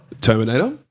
Terminator